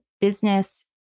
business